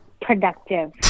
productive